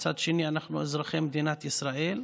מצד שני אנחנו אזרחי מדינת ישראל.